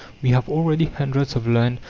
we have already hundreds of learned,